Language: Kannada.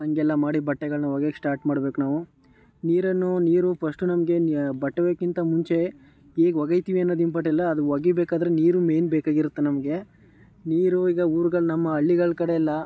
ಹಂಗೆಲ್ಲ ಮಾಡಿ ಬಟ್ಟೆಗಳ್ನ ಒಗೆಯಕ್ಕೆ ಸ್ಟಾರ್ಟ್ ಮಾಡ್ಬೇಕು ನಾವು ನೀರನ್ನು ನೀರು ಫಷ್ಟು ನಮಗೆ ಬಟ್ಟೆ ಒಗೆಯಕ್ಕಿಂತ ಮುಂಚೆ ಹೇಗೆ ಒಗಿತೀವಿ ಅನ್ನೋದು ಇಂಪಾರ್ಟ್ ಅಲ್ಲ ಅದು ಒಗೀಬೇಕಾದ್ರೆ ನೀರು ಮೇಯ್ನ್ ಬೇಕಾಗಿರುತ್ತೆ ನಮಗೆ ನೀರು ಈಗ ಊರುಗಳು ನಮ್ಮ ಹಳ್ಳಿಗಳ ಕಡೆಯೆಲ್ಲ